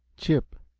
chip,